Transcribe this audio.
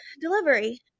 delivery